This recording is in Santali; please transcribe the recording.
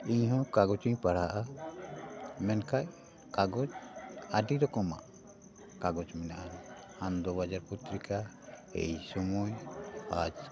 ᱤᱧ ᱦᱚᱸ ᱠᱟᱜᱚᱡᱽ ᱤᱧ ᱯᱟᱲᱦᱟᱜᱼᱟ ᱢᱮᱱᱠᱷᱟᱱ ᱠᱟᱜᱚᱡᱽ ᱟᱹᱰᱤ ᱨᱚᱠᱚᱢᱟᱜ ᱠᱟᱜᱚᱡᱽ ᱢᱮᱱᱟᱜᱼᱟ ᱟᱱᱚᱱᱫᱚᱵᱟᱡᱟᱨ ᱯᱚᱛᱨᱤᱠᱟ ᱮᱭ ᱥᱚᱢᱚᱭ